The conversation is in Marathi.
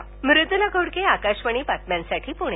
मृदुला घोडके आकाशवाणी बातम्यांसाठी पुणे